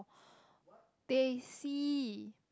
teh C